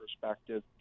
perspective